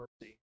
mercy